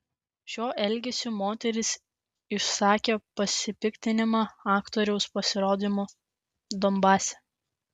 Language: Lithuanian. šiuo elgesiu moteris išsakė pasipiktinimą aktoriaus pasirodymu donbase